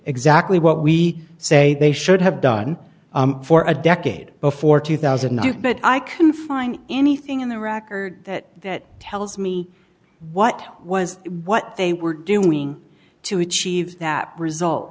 exactly what we say they should have done for a decade before two thousand but i couldn't find anything in the record that tells me what was what they were doing to achieve that result